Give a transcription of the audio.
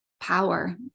power